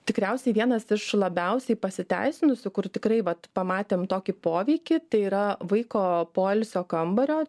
tikriausiai vienas iš labiausiai pasiteisinusių kur tikrai vat pamatėm tokį poveikį tai yra vaiko poilsio kambario